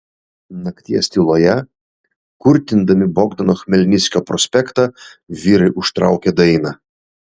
nakties tyloje kurtindami bogdano chmelnickio prospektą vyrai užtraukė dainą